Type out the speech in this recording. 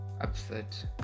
upset